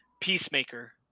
Peacemaker